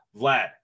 Vlad